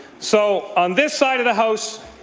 so on this side of the house,